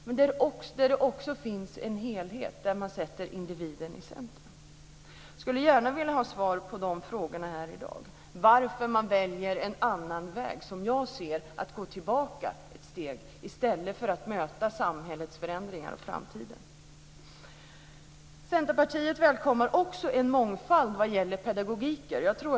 Men det måste också finnas en helhet, där man sätter individen i centrum. Jag skulle gärna vilja ha svar på de frågorna i dag. Varför väljer man en annan väg? Jag ser det som att gå tillbaka ett steg, i stället för att möta samhällets förändringar och framtiden. Centerpartiet välkomnar en mångfald vad gäller pedagogik.